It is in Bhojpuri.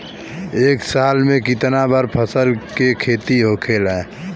एक साल में कितना बार फसल के खेती होखेला?